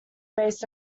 based